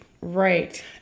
Right